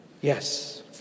Yes